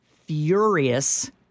furious